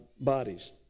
bodies